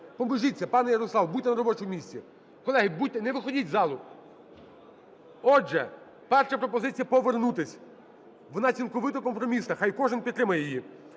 Поможіться, пане Ярослав, будьте на робочому місці. Колеги, будьте… не виходіть з залу. Отже, перша пропозиція повернутись, вона цілковито компромісна, хай кожен підтримає її.